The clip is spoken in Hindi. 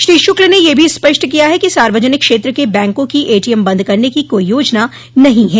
श्री शुक्ल ने यह भी स्पष्ट किया है कि सार्वजनिक क्षेत्र के बैंकों की एटीएम बंद करने की कोई योजना नहीं है